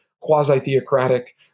quasi-theocratic